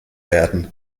werden